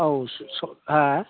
औ हा